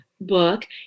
book